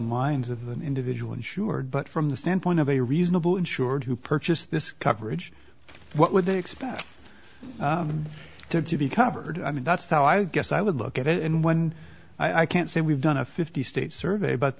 minds of an individual insured but from the standpoint of a reasonable insured who purchased this coverage what would they expect to be covered i mean that's how i guess i would look at it and when i can't say we've done a fifty state survey about